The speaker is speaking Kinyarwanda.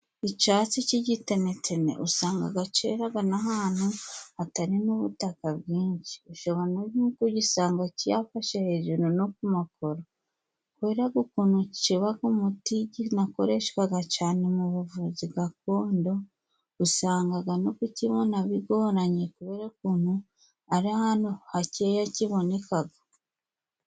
Icatsi c'igitenetene usanga ceraga n'ahantu hatari n'ubutaka bwinshi. Ushobora no kugisanga cafashe hejuru no ku makoro. Kubera ko ukuntu kibaga umuti kinakoreshwaga cyane mu buvuzi gakondo, usangaga no kukibona bigoranye kubera ukuntu ari ahantu hakeya kibonekaga.